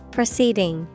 Proceeding